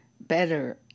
better